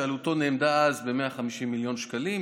שעלותו נאמדה אז ב-150 מיליון שקלים,